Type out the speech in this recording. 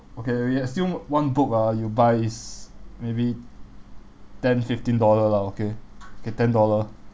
okay you assume one book ah you buy is maybe ten fifteen dollar lah okay okay ten dollar